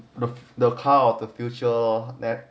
the car of the future net